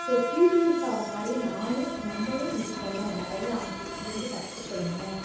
so PT உஷாமாதிரி நானும் நம்மளும் இருக்கணும் நிறையா அவங்கக்கிட்டருந்து கற்றுக்கிறணும்